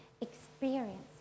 experience